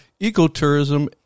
ecotourism